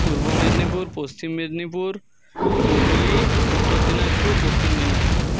পূর্ব মেদিনীপুর পশ্চিম মেদিনীপুর হুগলি উত্তর দিনাজপুর দক্ষিণ দিনাজপুর